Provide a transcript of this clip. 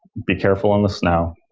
be careful on the snow,